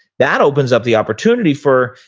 that opens up the opportunity for,